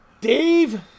Dave